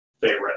favorite